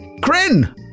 Kryn